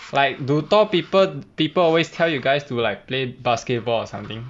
like do tall people people alwyas tell you guys to play basketball or something